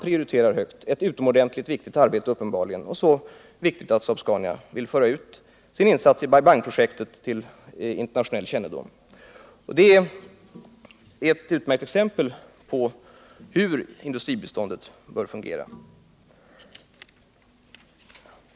Det är uppenbarligen ett utomordentligt viktigt arbete, så viktigt att Saab-Scania vill föra ut sin insats i Bai Bang-projektet till internationell kännedom. Detta är ett utmärkt exempel på hur industribiståndet bör fungera.